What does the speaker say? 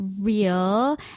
real